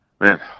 man